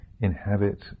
inhabit